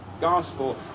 gospel